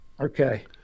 Okay